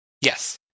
Yes